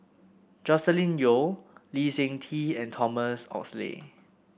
Joscelin Yeo Lee Seng Tee and Thomas Oxley